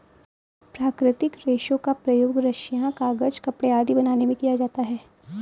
प्राकृतिक रेशों का प्रयोग रस्सियॉँ, कागज़, कपड़े आदि बनाने में किया जाता है